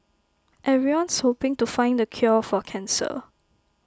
everyone's hoping to find the cure for cancer